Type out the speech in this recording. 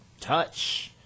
touch –